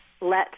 let